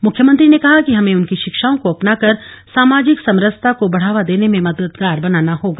मुख्यमंत्री ने कहा कि हमें उनकी शिक्षाओं को अपनाकर सामाजिक समरसता को बढावा देने में मददगार बनना होगा